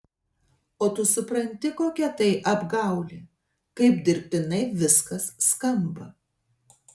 o tu supranti kokia tai apgaulė kaip dirbtinai viskas skamba